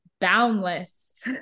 boundless